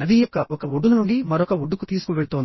నది యొక్క ఒక ఒడ్డున నుండి మరొక ఒడ్డుకు తీసుకువెళుతోంది